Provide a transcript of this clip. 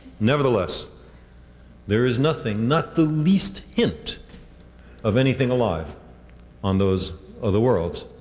nevertheless there is nothing, not the least hint of anything alive on those other worlds.